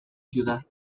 ciudad